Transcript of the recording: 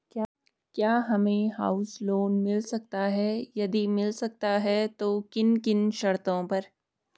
क्या हमें house loan मिल सकता है यदि मिल सकता है तो किन किन शर्तों पर?